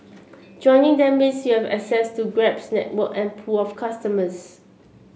joining them means you have access to Grab's network and pool of customers